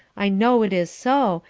i know it is so,